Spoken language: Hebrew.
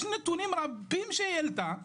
יש נתונים רבים שהיא העלתה.